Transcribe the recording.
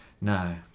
No